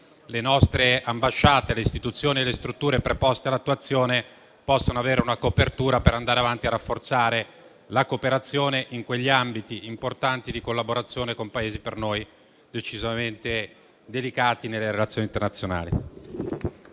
le nostre ambasciate, le istituzioni e le strutture preposte all'attuazione possano avere una copertura per andare avanti e rafforzare la cooperazione in quegli ambiti importanti di collaborazione con Paesi per noi decisamente delicati nelle relazioni internazionali.